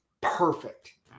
perfect